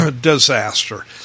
disaster